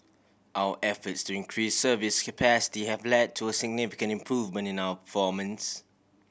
our efforts to increase service capacity have led to a significant improvement in our